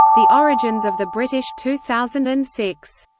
the origins of the british two thousand and six.